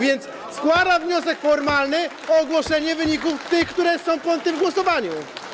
Więc składam wniosek formalny o ogłoszenie wyników, tych, które są po tym głosowaniu.